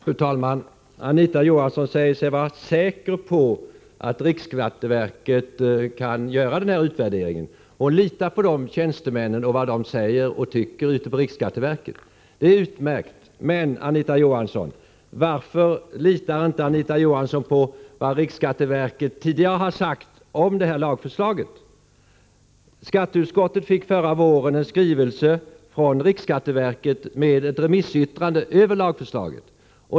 Fru talman! Anita Johansson säger sig vara säker på att riksskatteverket kan göra denna utvärdering. Hon litar på vad verkets tjänstemän säger och tycker. Det är utmärkt. Men varför litar inte Anita Johansson på vad riksskatteverket tidigare sagt om detta lagförslag? Skatteutskottet fick förra våren en skrivelse från riksskatteverket med ett remissyttrande över lagförslaget.